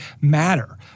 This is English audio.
matter